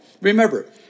Remember